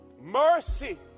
mercy